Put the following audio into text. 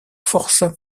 force